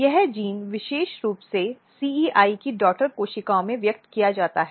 यह जीन विशेष रूप से CEI की डॉटर कोशिकाओं में व्यक्त किया जाता है